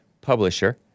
publisher